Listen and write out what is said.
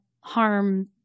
harm